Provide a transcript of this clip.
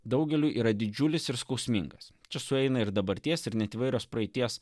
daugeliui yra didžiulis ir skausmingas čia sueina ir dabarties ir net įvairios praeities